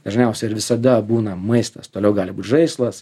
dažniausia ir visada būna maistas toliau gali būt žaislas